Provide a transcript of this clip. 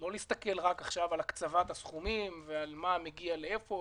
לא נסתכל רק על הקצבת הסכומים ועל מה מגיע לאיפה,